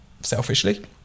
selfishly